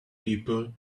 people